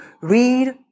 read